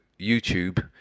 YouTube